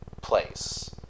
place